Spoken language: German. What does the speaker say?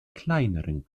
kleineren